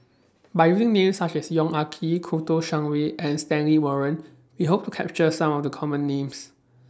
By using Names such as Yong Ah Kee Kouo Shang Wei and Stanley Warren We Hope to capture Some of The Common Names